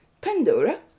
Pandora